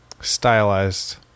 stylized